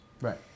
Right